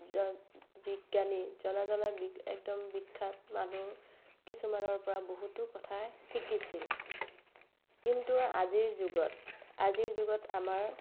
বিজ্ঞানী জনা জনা একদম বিখ্যাত মানুহ কিছুমানৰ পৰা বহুতো কথা শিকিছিল কিন্তু আজিৰ যুগত আজিৰ যুগত আমাৰ